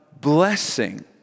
blessing